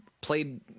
played